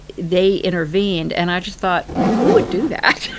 they intervened. and i just thought, who would do that?